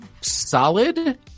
solid